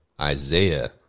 Isaiah